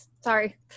sorry